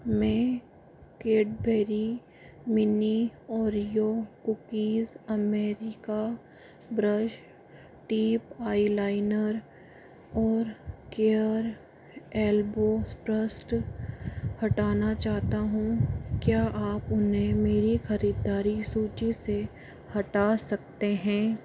मैं Cadbury mini Oreo cookies America brush tip eyeliner और care elbows प्रस्ट हटाना चाहता हूँ क्या आप उन्हें मेरी ख़रीदारी सूची से हटा सकते हैं